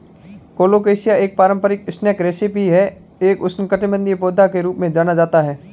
colocasia एक पारंपरिक snack recipe है एक उष्णकटिबंधीय पौधा के रूप में जाना जाता है